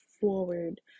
forward